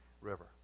River